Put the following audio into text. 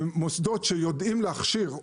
ומוסדות שיודעים להכשיר,